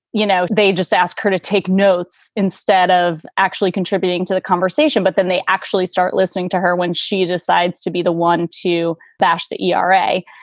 you know, they just ask her to take notes instead of actually contributing to the conversation, but then they actually start listening to her when she decides to be the one to bash the i. r. a.